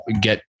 get